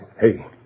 Hey